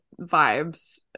vibes